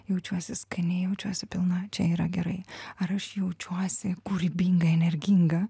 jaučiuosi skaniai jaučiuosi pilna čia yra gerai ar aš jaučiuosi kūrybinga energinga